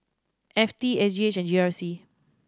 F T S G H and G R C